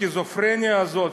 הסכיזופרניה הזאת,